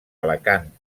alacant